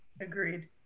Agreed